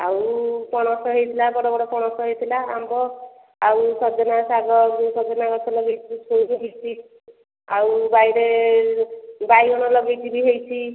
ଆଉ ପଣସ ହେଇଥିଲା ବଡ଼ ବଡ଼ ପଣସ ହେଇଥିଲା ଆମ୍ବ ଆଉ ସଜନା ଶାଗ ଯେଉଁ ସଜନା ଗଛ ଲଗେଇଥିଲି ଛୁଇଁ ହେଇଛି ଆଉ ବାରିରେ ବାଇଗଣ ଲଗେଇଛି ବି ହେଇଛି